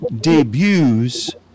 debuts